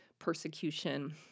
persecution